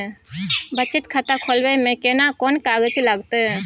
बचत खाता खोलबै में केना कोन कागज लागतै?